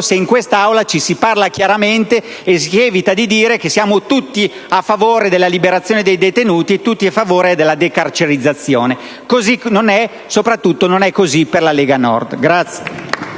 se in questa Aula ci si parla chiaramente e si evita di dire che siamo tutti a favore della liberazione dei detenuti e della decarcerizzazione. Così non è: soprattutto, non lo è per la Lega Nord.